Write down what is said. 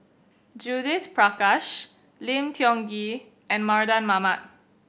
Judith Prakash Lim Tiong Ghee and Mardan Mamat